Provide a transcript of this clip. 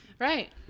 right